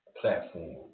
platform